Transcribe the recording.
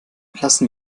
lassen